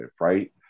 right